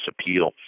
appeal